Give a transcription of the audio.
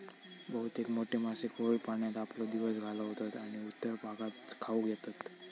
बहुतेक मोठे मासे खोल पाण्यात आपलो दिवस घालवतत आणि उथळ भागात खाऊक येतत